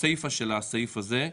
בסיפא של הסעיף הזה,